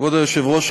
כבוד היושב-ראש,